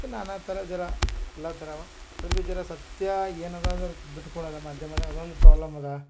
ನಾನಾ ಥರ ಜರ ಎಲ್ಲ ಥರವ ಅದ್ರ ಬಿ ಜರ ಸತ್ಯ ಏನದೆ ಅಂದ್ರೆ ಬಿಟ್ಕೊಡೋಲ್ಲ ಮಾಧ್ಯಮದಾಗ ಅದೊಂದು ಪ್ರಾಬ್ಲಮ್ ಅದಾ